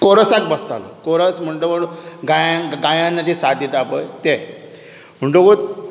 कॉरसाक बसतालो कॉरस मंडळ गायनाक जे साथ दिता पळय ते म्हणतकूच